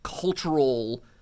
Cultural